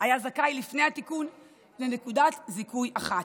היה זכאי לפני התיקון לנקודת זיכוי אחת.